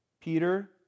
Peter